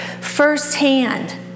firsthand